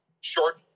short